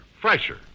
fresher